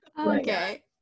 Okay